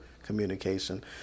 communication